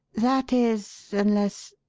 that is, unless